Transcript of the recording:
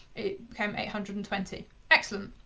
it became eight hundred and twenty, excellent.